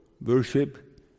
worship